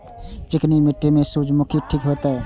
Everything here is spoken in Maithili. चिकनी मिट्टी में सूर्यमुखी ठीक होते?